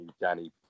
Danny